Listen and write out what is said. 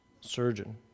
surgeon